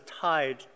tied